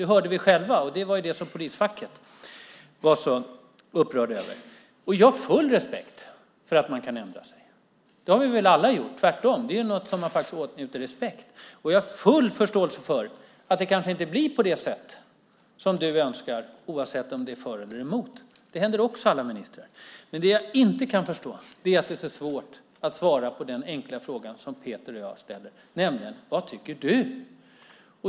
Det hörde vi själva, och det var ju det som polisfacket var så upprörda över. Jag har full respekt för att man kan ändra sig. Det har vi väl alla gjort. Det är tvärtom något som man faktiskt åtnjuter respekt för. Jag har också full förståelse för att det kanske inte blir på det sätt som du önskar oavsett om du är för eller emot. Det händer också alla ministrar. Det jag inte kan förstå är att det är svårt att svara på den enkla fråga som Peter Hultqvist och jag ställer, nämligen: Vad tycker du?